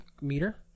meter